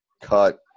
cut